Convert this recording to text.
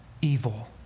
evil